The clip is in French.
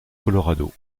colorado